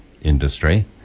industry